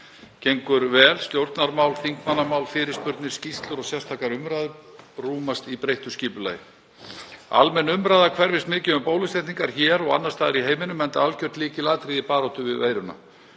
gengur vel; stjórnarmál, þingmannamál, fyrirspurnir, skýrslur og sérstakar umræður rúmast í breyttu skipulagi. Almenn umræða hverfist mikið um bólusetningar hér og annars staðar í heiminum enda algjört lykilatriði í baráttu við veiruna.